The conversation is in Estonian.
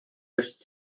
just